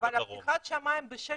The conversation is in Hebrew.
אבל פתיחת השמיים ב-16